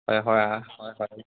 হয় হয় আৰু হয় হয়